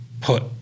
put